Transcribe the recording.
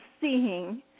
seeing